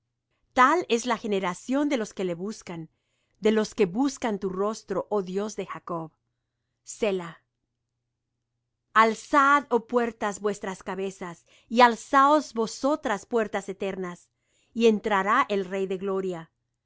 tal es la generación de los que le buscan de los que buscan tu rostro oh dios de jacob selah alzad oh puertas vuestras cabezas y alzaos vosotras puertas eternas y entrará el rey de gloria